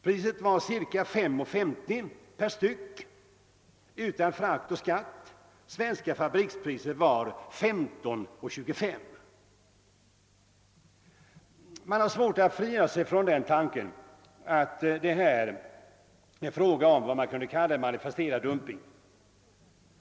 Priset var cirka 5:50 per styck utom frakt och skatt. Svenskt fabrikspris var 15:25. Man har svårt att frigöra sig från tanken att det är fråga om en manifesterad dumping.